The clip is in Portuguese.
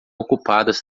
ocupadas